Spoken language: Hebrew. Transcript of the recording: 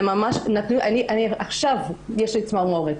אפילו עכשיו יש לי צמרמורת.